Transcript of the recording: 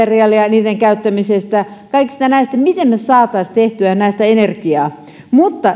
saamme tuolta metsästä sen käyttämisestä kaikista näistä siitä miten me saisimme tehtyä näistä energiaa mutta